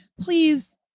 Please